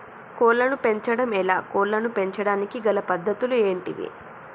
కోళ్లను పెంచడం ఎలా, కోళ్లను పెంచడానికి గల పద్ధతులు ఏంటివి?